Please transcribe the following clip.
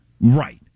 Right